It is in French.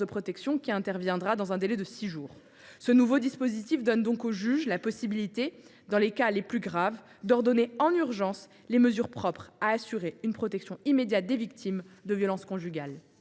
protection, laquelle interviendra dans un délai de six jours. Ce nouveau dispositif donne au juge la possibilité, dans les cas les plus graves, d’ordonner en urgence des mesures propres à assurer une protection immédiate des victimes de violences conjugales.